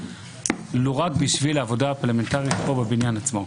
ולו רק בשביל העבודה הפרלמנטרית פה בבניין עצמו.